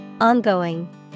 Ongoing